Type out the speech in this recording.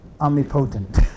omnipotent